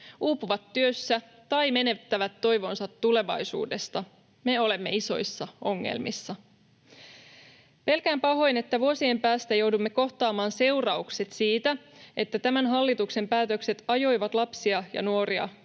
uupuvat työssä tai menettävät toivonsa tulevaisuudesta, me olemme isoissa ongelmissa. Pelkään pahoin, että vuosien päästä joudumme kohtaamaan seuraukset siitä, että tämän hallituksen päätökset ajoivat lapsia ja nuoria köyhyyden